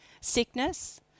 Sickness